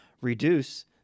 Reduce